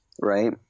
right